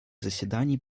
заседаний